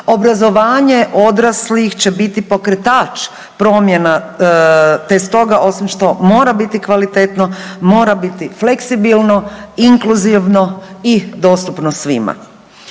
obrazovanje odraslih će biti pokretač promjena te stoga, osim što mora biti kvalitetno, mora biti fleksibilno, inkluzivno i dostupno svima.